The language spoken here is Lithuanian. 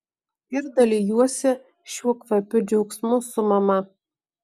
ir dalijuosi šiuo kvapiu džiaugsmu su mama